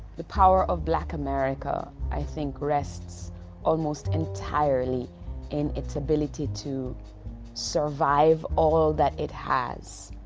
the power of black america i think rests almost entirely in its ability to survive all that it has,